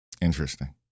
Interesting